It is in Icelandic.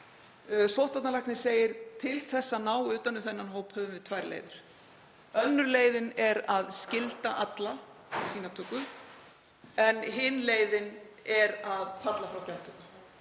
Sóttvarnalæknir segir: Til þess að ná utan um þennan hóp höfum við tvær leiðir. Önnur leiðin er að skylda alla í sýnatöku en hin leiðin er að falla frá gjaldtöku